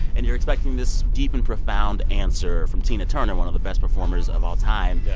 and you're expecting this deep and profound answer from tina turner, one of the best performers of all time.